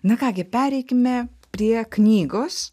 na ką gi pereikime prie knygos